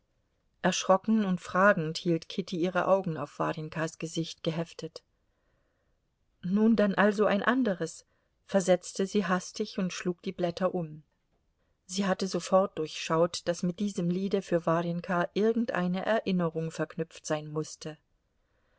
erschrocken und fragend hielt kitty ihre augen auf warjenkas gesicht geheftet nun dann also ein anderes versetzte sie hastig und schlug die blätter um sie hatte sofort durchschaut daß mit diesem liede für warjenka irgendeine erinnerung verknüpft sein mußte